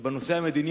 ובנושא המדיני,